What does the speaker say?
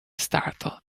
startled